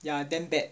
ya damn bad